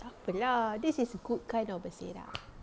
takpe lah this is good kind of berselerak